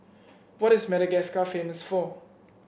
what is Madagascar famous for